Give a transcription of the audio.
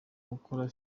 gukora